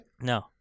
No